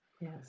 yes